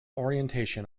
orientation